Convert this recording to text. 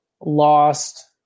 lost